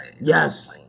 Yes